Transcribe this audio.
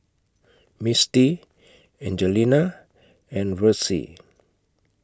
Misty Angelina and Versie